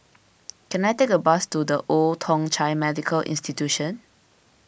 can I take a bus to the Old Thong Chai Medical Institution